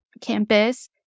campus